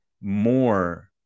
more